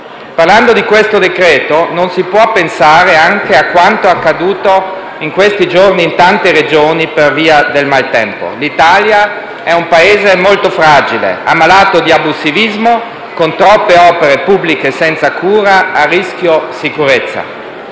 Parlando di questo decreto-legge, non si può pensare anche a quanto accaduto in questi giorni in tante Regioni per via del maltempo. L'Italia è un Paese molto fragile, ammalato di abusivismo, con troppe opere pubbliche senza cura, a rischio sicurezza.